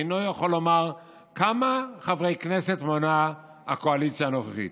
אינו יכול לומר כמה חברי כנסת מונה הקואליציה הנוכחית,